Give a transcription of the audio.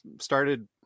started